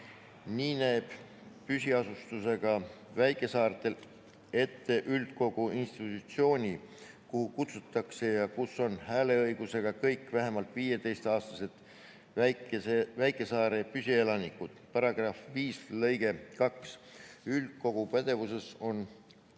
seadus] püsiasustusega väikesaartel ette üldkogu institutsiooni, kuhu kutsutakse ja kus on hääleõigusega kõik vähemalt 15-aastased väikesaare püsielanikud (§ 5 lõige 2). Üldkogu pädevuses on